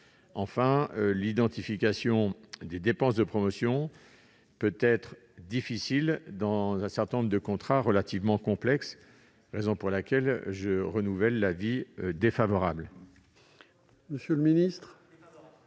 Enfin, l'identification des dépenses de promotion peut-être difficile dans un certain nombre de contrats complexes. C'est pourquoi je renouvelle l'avis défavorable